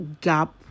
gap